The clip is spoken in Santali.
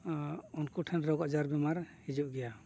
ᱩᱱᱠᱩ ᱴᱷᱮᱱ ᱨᱳᱜᱽ ᱟᱡᱟᱨ ᱵᱮᱢᱟᱨ ᱦᱤᱡᱩᱜ ᱜᱮᱭᱟ